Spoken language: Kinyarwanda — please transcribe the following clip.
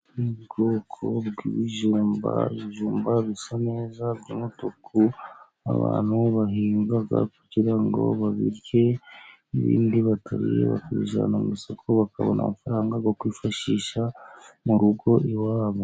Ubwoko bw'ibijumba, ibijumba bisa neza by'umutuku abantu bahinga kugira ngo babirye ,ibindi bakabijyana mu isoko bakabona amafaranga yo kwifashisha mu rugo iwabo